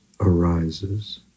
arises